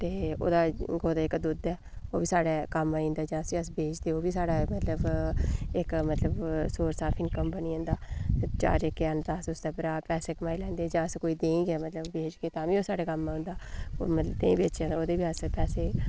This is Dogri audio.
ओह्दा गौ दा जेह्का दुद्ध ऐ ओह् बी साढ़े कम्म आई जंदा जां फ्ही अस बेचगे ओह् बी साढ़े मतलब इक मतलब सोरस आफ इनकम बनी जंदा अस उस्सै पर पैसे कमाई लैंदे जां अस कोई देहीं गै मतलब बेचगे तां बी ओह् साढ़े कम्म औंदा मगर देहीं बेचियै ओह्दे बी अस पैसे अस बनाई सकने